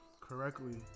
correctly